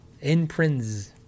imprints